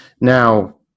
Now